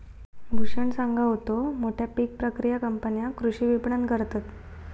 भूषण सांगा होतो, मोठ्या पीक प्रक्रिया कंपन्या कृषी विपणन करतत